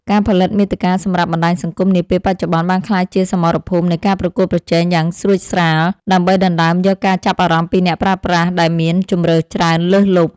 ការផលិតមាតិកាសម្រាប់បណ្ដាញសង្គមនាពេលបច្ចុប្បន្ន បានក្លាយជាសមរភូមិនៃការប្រកួតប្រជែងយ៉ាងស្រួចស្រាល់ ដើម្បីដណ្ដើមយកការចាប់អារម្មណ៍ពីអ្នកប្រើប្រាស់ដែលមានជម្រើសច្រើនលើសលប់។